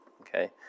okay